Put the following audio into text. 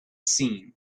seen